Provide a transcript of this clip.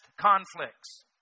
conflicts